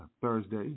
Thursday